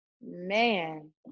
Man